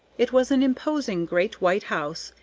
it was an imposing great white house,